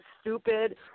stupid